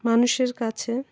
মানুষের কাছে